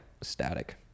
static